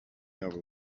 over